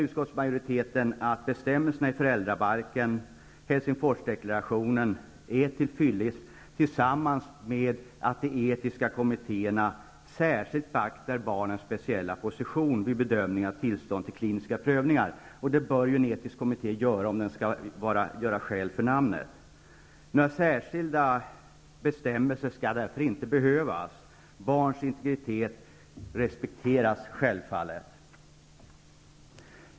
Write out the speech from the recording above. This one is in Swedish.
Utskottsmajoriteten anser att bestämmelserna i föräldrabalken och Helsingforsdeklarationen är till fyllest tillsammans med att de etiska kommittéerna särskilt beaktar barnens speciella position vid bedömning av tillstånd till kliniska prövningar. Så bör naturligtvis en etisk kommitté gå till väga om den skall göra skäl för namnet. Några särskilda bestämmelser skall därför inte behövas. Barns integritet respekteras självfallet.